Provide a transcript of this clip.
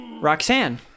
Roxanne